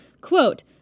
Quote